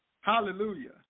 Hallelujah